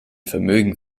vermögen